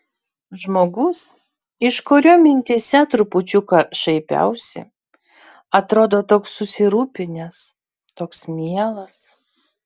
žmogus iš kurio mintyse trupučiuką šaipiausi atrodo toks susirūpinęs toks mielas